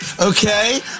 Okay